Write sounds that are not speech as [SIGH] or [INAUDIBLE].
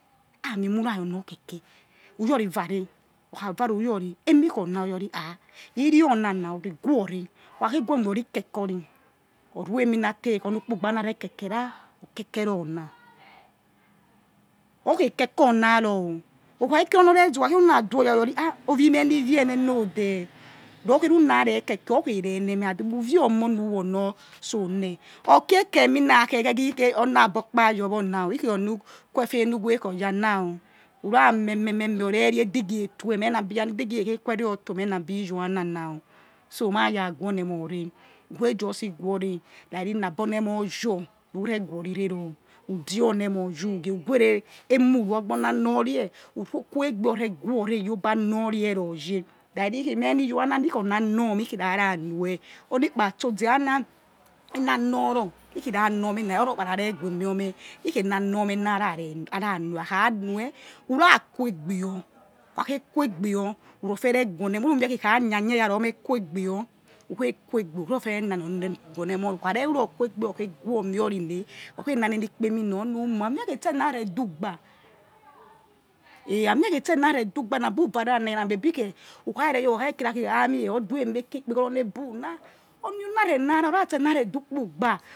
Ami emurayor keke who yori vars or kha vare who yori emi kho oná ha iriona naw guore okha khe guore yori kekerori oruie eminate onu ukpugba nare kekera o keke ru na [NOISE] okhei keke oná ru o ukhwke kiri onor re zeb ukhw uruna du oya to who yori ha ovie neh ni via enenode [NOISE] rikhe runa rekeke okhe re neme uvie omo nu your not so neh or khei khe emi na khe egegi ge oná bor kpa yowo na o ikhi onu khu efe nu we khei oyana o ura me me me ore re idigie erie meh na be weh yanana idigie ekhei kuwe to meh abiiywna o so ma ya gue or neh emore ukhe just gueore nabi oni emore your rurr guorirego who dia oni emo your ugei who guere emu ru ogbor na nor rie ukuegbor re guo re your oba nor re ror yeh rari khei meh ikhei ra ra noi oni kpa two ze ana ema noroh ikhi ra nor me na rari orokpara re guehiomeh hei ke na nor meh na aranoi kha khe quegebe your who rifiere ghu one emo re who mie khi kha ya ya ome que egben yor who khe ku egben or who khe rifiere na nor ne more gue one emoh re ukha ru ror quegebe or guomie ori ney okhe na ne ni emi na onu mor ami eh khe etsena re di ugba [NOISE] eh ami ekhe etse na re du ugba na bu vare ha na yara may be khe who kha rere yo wa okha re kira amie odu ikpeghor nor bu na oni ona renq ra or ratsena re du ugba.